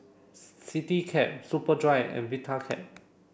Citycab Superdry and Vitapet